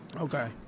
Okay